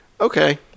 okay